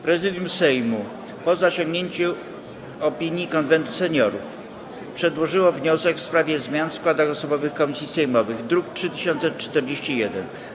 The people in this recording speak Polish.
Prezydium Sejmu, po zasięgnięciu opinii Konwentu Seniorów, przedłożyło wniosek w sprawie zmian w składach osobowych komisji sejmowych, druk nr 3041.